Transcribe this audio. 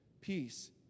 peace